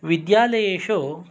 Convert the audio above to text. विद्यालयेषु